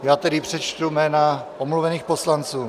Já tedy přečtu jména omluvených poslanců.